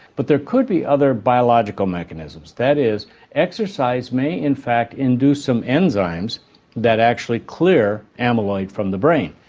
but there could be other biological mechanisms, that is exercise may in fact induce some enzymes that actually clear amyloid from the brain.